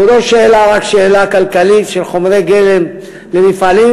זאת לא רק שאלה כלכלית של חומרי גלם למפעלים,